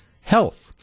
health